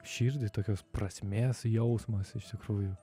širdį tokios prasmės jausmas iš tikrųjų